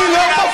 מה אתה אומר?